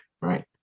Right